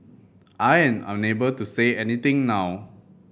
I am unable to say anything now